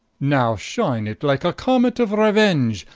now shine it like a commet of reuenge,